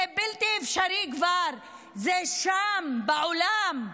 זה בלתי אפשרי כבר, זה שם, בעולם.